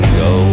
go